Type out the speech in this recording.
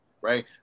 right